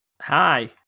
Hi